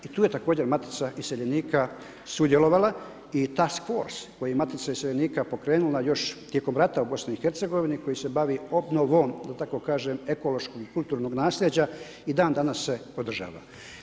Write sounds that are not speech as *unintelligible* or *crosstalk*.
I tu je također Matica iseljenika sudjelovala i ... *unintelligible* koji je matica iseljenika pokrenula još tijekom rata u BIH koji se bavi obnovom da tako kažem, ekološkog i kulturnog naslijeđa i dan-danas se održava.